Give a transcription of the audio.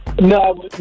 No